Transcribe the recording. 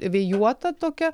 vėjuota tokia